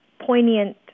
poignant